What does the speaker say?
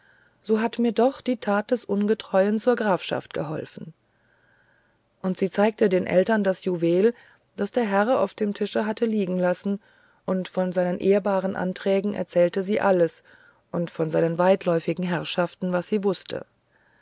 so hat mir doch die tat des ungetreuen zur grafschaft geholfen und sie zeigte den eltern das juwel das der herr auf dem tische hatte liegen lassen und von seinen ehrbaren anträgen erzählte sie alles und von seinen weitläufigen herrschaften was sie wußte